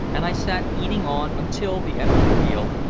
and i sat eating on until the end of the meal,